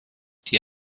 die